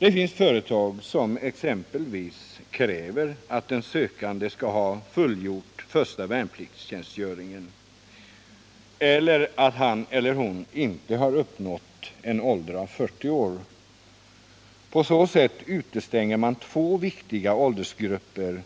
Det finns företag som exempelvis kräver att den sökande skall ha fullgjort första värnpliktstjänstgöringen eller att han eller hon inte har uppnått en ålder av 40 år. På så sätt utestängs två viktiga åldersgrupper